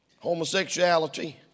Homosexuality